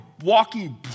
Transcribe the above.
walking